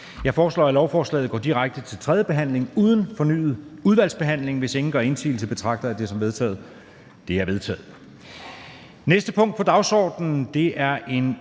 Jeg foreslår, at lovforslaget går direkte til tredje behandling uden fornyet udvalgsbehandling. Hvis ingen gør indsigelse, betragter jeg det som vedtaget. Det er vedtaget.